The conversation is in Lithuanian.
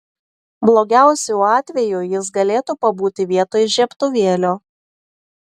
blogiausiu atveju jis galėtų pabūti vietoj žiebtuvėlio